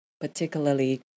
particularly